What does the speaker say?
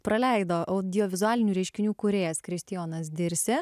praleido audiovizualinių reiškinių kūrėjas kristijonas dirsė